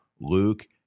Luke